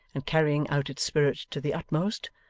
and carrying out its spirit to the utmost,